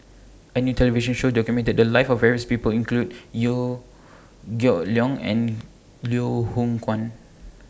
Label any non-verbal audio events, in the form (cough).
A New television Show documented The Lives of various People include (unintelligible) Geok Leong and Liew Hoong Kwan